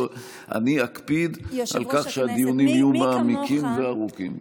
אני אקפיד על כך שהדיונים יהיו מעמיקים וארוכים.